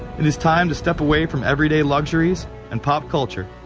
it is time to step away from everyday luxuries and pop culture.